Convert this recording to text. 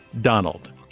Donald